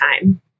time